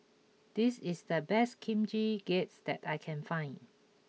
this is the best Kimchi Jjigae that I can find